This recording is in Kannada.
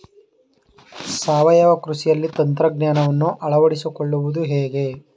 ಸಾವಯವ ಕೃಷಿಯಲ್ಲಿ ತಂತ್ರಜ್ಞಾನವನ್ನು ಅಳವಡಿಸಿಕೊಳ್ಳುವುದು ಹೇಗೆ?